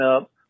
up